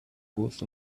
both